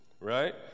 right